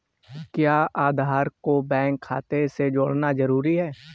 क्या आधार को बैंक खाते से जोड़ना जरूरी है?